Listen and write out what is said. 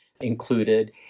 included